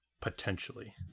Potentially